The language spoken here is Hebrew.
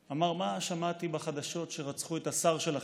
אמר: מה שמעתי בחדשות, שרצחו את השר שלכם?